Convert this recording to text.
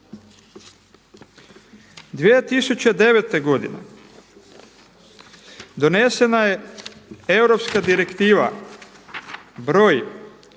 2009. godine donesena je Europska direktiva broj